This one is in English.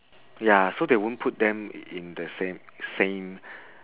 ya so they won't put them in the same same